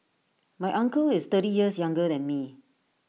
my uncle is thirty years younger than me